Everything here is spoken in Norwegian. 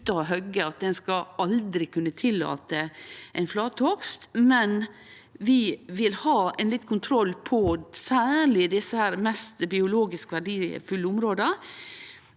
at ein aldri skal kunne tillate flatehogst, men vi vil ha litt kontroll på særleg desse mest biologisk verdifulle områda